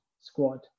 squad